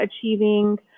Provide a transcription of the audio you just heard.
achieving